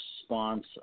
response